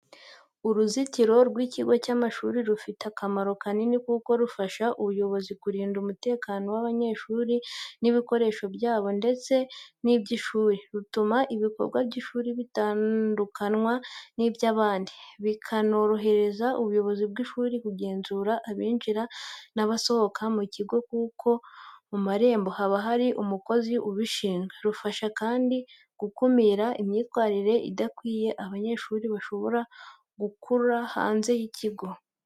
Uruzitiro rw’ikigo cy’amashuri rufite akamaro kanini kuko rufasha ubuyobozi kurinda umutekano w’abanyeshuri n’ibikoresho byabo ndetse n’iby’ishuri, rutuma ibikorwa by’ishuri bitandukanywa n’iby’abandi, bikanorohereza ubuyobozi bw'ishuri kugenzura abinjira n’abasohoka mu kigo kuko ku marembo haba hari umukozi ubishinzwe. Rufasha kandi gukumira imyitwarire idakwiriye abanyeshuri bashobora gukura hanze y’ikigo.